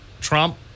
trump